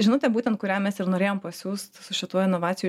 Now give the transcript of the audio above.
žinutė būtent kurią mes ir norėjom pasiųst su šituo inovacijų